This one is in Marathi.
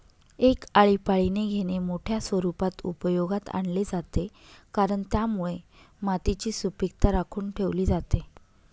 एक आळीपाळीने घेणे मोठ्या स्वरूपात उपयोगात आणले जाते, कारण त्यामुळे मातीची सुपीकता राखून ठेवली जाते